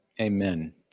Amen